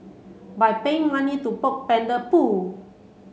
by paying money to poke panda poo